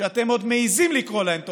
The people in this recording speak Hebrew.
שאתם עוד מעיזים לקרוא להן תוכניות,